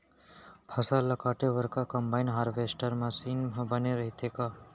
फसल ल काटे बर का कंबाइन हारवेस्टर मशीन ह बने रइथे का?